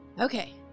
Okay